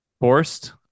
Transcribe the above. forced